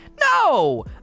No